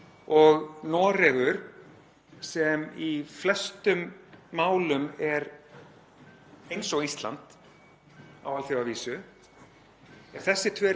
ef þessi tvö ríki telja óhætt að mæta sem áheyrnarfulltrúar á þennan fund ætti Ísland að geta siglt í kjölfarið.